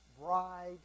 bride